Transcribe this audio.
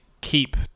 keep